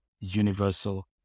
universal